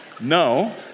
no